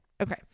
Okay